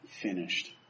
finished